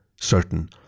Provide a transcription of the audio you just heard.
certain